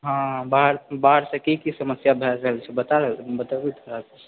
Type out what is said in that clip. हँ बाढ़सँ बाढ़सँ की की समस्या भए गेल छै बता बताबु थोड़ा